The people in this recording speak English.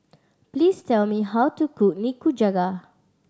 please tell me how to cook Nikujaga